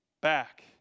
back